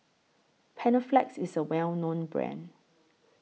Panaflex IS A Well known Brand